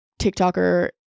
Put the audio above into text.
TikToker